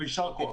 יישר כוח.